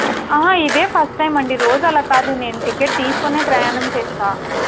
ఇదే first time అండి రోజు అలా కాదు నేను టిక్కెట్ తీసుకునే ప్రయాణం చేస్తాను